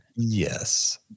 Yes